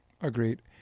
Agreed